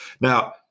Now